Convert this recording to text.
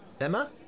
Emma